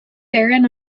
baron